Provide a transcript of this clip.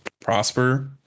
prosper